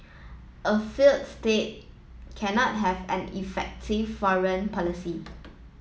a failed state cannot have an effective foreign policy